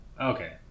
Okay